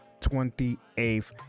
28th